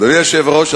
אדוני היושב-ראש,